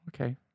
okay